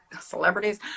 celebrities